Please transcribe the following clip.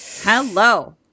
Hello